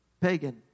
pagan